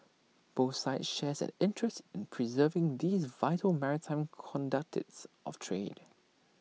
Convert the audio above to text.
both sides shares an interest in preserving these vital maritime conduct its of trade